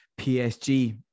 PSG